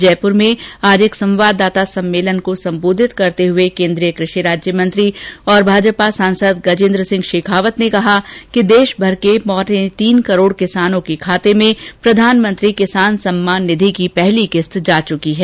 जयपुर में आज एक संवाददाता सम्मेलन को संबोधित करते हुए केन्द्रीय कृषि राज्य मंत्री और भाजपा सांसद गजेन्द्र सिंह शेखावत ने कहा कि देशभर के पौने तीन करोड किसानों के खाते में प्रधानमंत्री किसान सम्मान निधि की पहली किस्त जा चुकी है